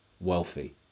wealthy